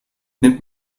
nimmt